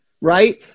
Right